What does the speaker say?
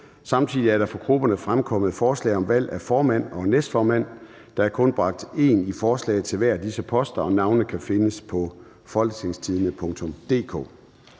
Samtidig er der fra grupperne fremkommet et forslag om valg af formand og næstformand. Der er kun bragt én i forslag til hver af disse poster, og navnene kan findes på www.folketingstidende.dk